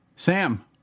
Sam